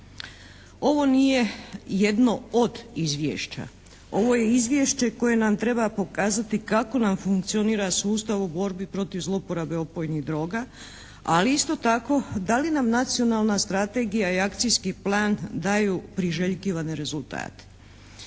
Ovo nije jedno od izvješća. Ovo je izvješće koje nam treba pokazati kako nam funkcionira sustav u borbi protiv zlouporabe opojnih droga ali isto tako da li nam nacionalna strategija i akcijski plan daju priželjkivane rezultate.